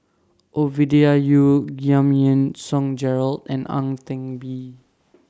Ovidia Yu Giam Yean Song Gerald and Ang Teck Bee